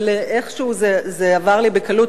אבל איכשהו זה עבר לי בקלות.